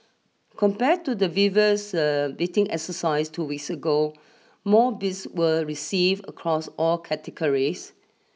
compared to the previous bidding exercise two weeks ago more bids were received across all categories